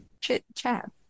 chit-chat